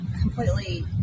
completely